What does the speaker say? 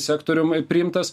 sektoriumi priimtas